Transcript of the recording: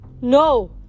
No